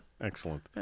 Excellent